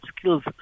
skills